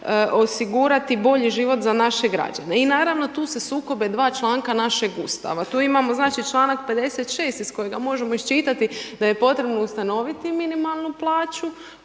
osigurati bolji život za naše građane. I naravno tu se sukobe dva članka našeg Ustava. Tu imamo znači članak 56. iz kojega možemo iščitati da j potrebno ustanoviti minimalnu plaću